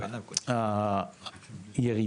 כן, אבל הירידה